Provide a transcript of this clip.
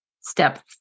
Step